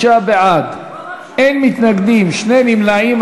35 בעד, אין מתנגדים, שני נמנעים.